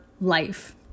life